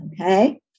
Okay